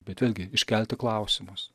bet vėlgi iškelti klausimus